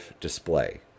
display